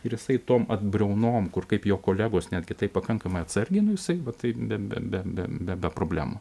ir jisai tom briaunom kur kaip jo kolegos netgi tai pakankamai atsargiai nu jisai va taip be be be be problemų